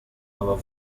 abo